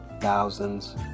thousands